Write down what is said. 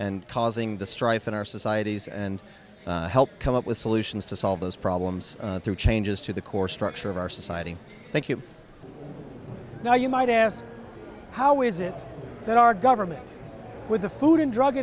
and causing the strife in our societies and help come up with solutions to solve those problems through changes to the core structure of our society thank you now you might ask how is it that our government with the food and drug